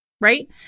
Right